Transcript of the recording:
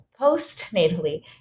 postnatally